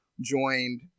joined